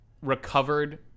recovered